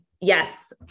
yes